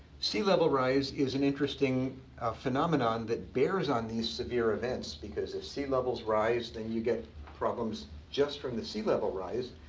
sea level rise is an interesting phenomenon that bears on the severe events because if sea levels rise, then you get problems just from the sea level rise.